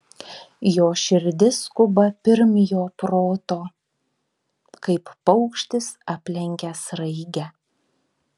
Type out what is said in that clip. jo širdis skuba pirm jo proto kaip paukštis aplenkia sraigę